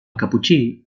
caputxí